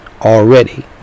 already